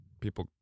People